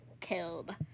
killed